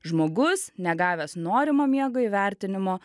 žmogus negavęs norimo miego įvertinimo